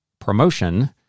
promotion